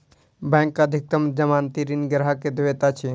bank अधिकतम जमानती ऋण ग्राहक के दैत अछि